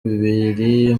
biri